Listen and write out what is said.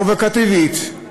פרובוקטיבית,